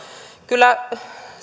kyllä